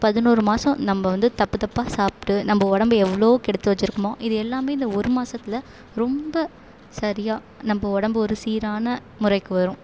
பதினோரு மாதம் நம்ம வந்து தப்பு தப்பா சாப்பிட்டு நம்ம உடம்ப எவ்வளோ கெடுத்து வச்சிருக்கமோ இது எல்லாம் இந்த ஒரு மாசத்தில் ரொம்ப சரியா நம்ம உடம்ப ஒரு சீரான முறைக்கு வரும்